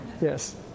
Yes